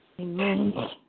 Amen